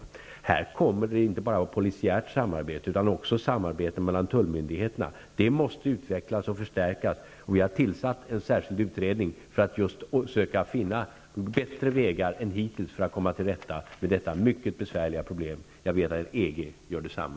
I detta sammanhang kommer det att bli fråga om inte bara polisiärt samarbete utan också samarbete mellan tullmyndigheterna. Det samarbetet måste utvecklas och förstärkas, och vi har tillsatt en särskild utredning för att just söka finna bättre vägar än hittills för att komma till rätta med detta mycket besvärliga problem. Jag menar att man inom EG gör detsamma.